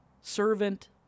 servant